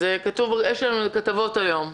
ראינו על זה כתבות היום.